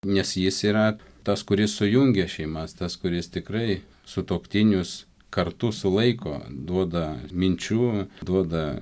nes jis yra tas kuris sujungia šeimas tas kuris tikrai sutuoktinius kartu sulaiko duoda minčių duoda